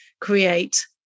create